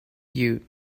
you